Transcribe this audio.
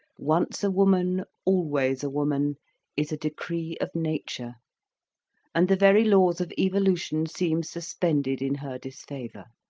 once a woman, always a woman is a decree of nature and the very laws of evolution seem suspended in her disfavour.